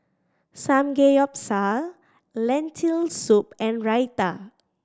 Samgeyopsal Lentil Soup and Raita